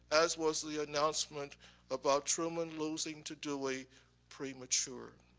as was the announcement about truman losing to dewey, premature.